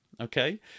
Okay